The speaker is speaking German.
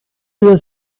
wir